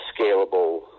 scalable